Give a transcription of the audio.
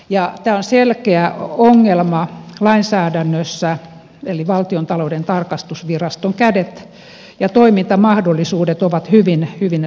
tämä on selkeä ongelma lainsäädännössä eli valtiontalouden tarkastusviraston kädet ja toimintamahdollisuudet ovat hyvin hyvin suppeat